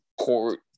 court